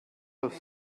das